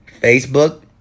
Facebook